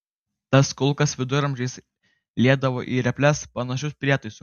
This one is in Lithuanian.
tas kulkas viduramžiais liedavo į reples panašiu prietaisu